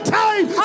time